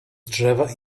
drzewa